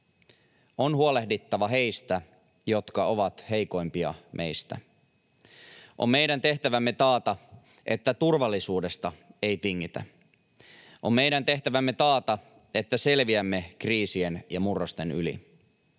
On huolehdittava heistä, jotka ovat heikoimpia meistä. On meidän tehtävämme taata, että turvallisuudesta ei tingitä. On meidän tehtävämme taata, että selviämme kriisien ja murrosten yli,